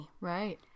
right